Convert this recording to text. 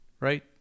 right